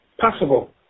possible